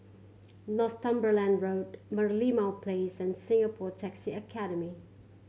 Northumberland Road Merlimau Place and Singapore Taxi Academy